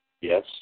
Yes